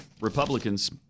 Republicans